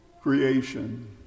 creation